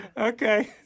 Okay